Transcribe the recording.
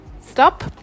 stop